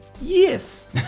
Yes